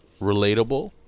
relatable